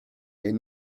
est